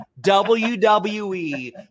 WWE